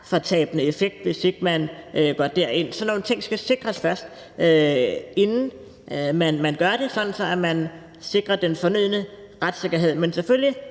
retsfortabende effekt, hvis ikke man går derind. Sådan nogle ting skal sikres først, inden man gør det, sådan at man sikrer den fornødne retssikkerhed. Men selvfølgelig